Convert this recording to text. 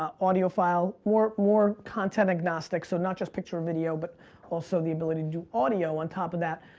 audio file, more more content-agnostic so not just picture or video, but also the ability to do audio on top of that,